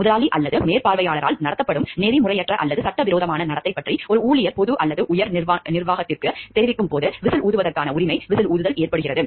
முதலாளி அல்லது மேற்பார்வையாளரால் நடத்தப்படும் நெறிமுறையற்ற அல்லது சட்டவிரோதமான நடத்தை பற்றி ஒரு ஊழியர் பொது அல்லது உயர் நிர்வாகத்திற்கு தெரிவிக்கும் போது விசில் ஊதுவதற்கான உரிமை விசில் ஊதுதல் ஏற்படுகிறது